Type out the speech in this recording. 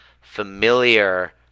familiar